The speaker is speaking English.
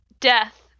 death